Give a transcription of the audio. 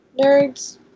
Nerds